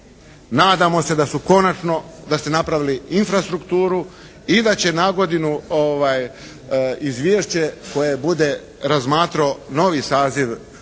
Nadamo se da su konačno, da ste napravili infrastrukturu i da će na godinu izvješće koje bude razmatrao novi saziv